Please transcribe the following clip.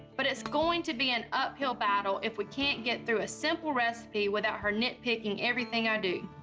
but it's going to be an uphill battle if we can't get through a simple recipe without her nitpicking everything i do.